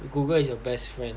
Google is your best friend